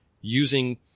using